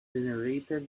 venerated